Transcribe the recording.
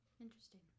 Interesting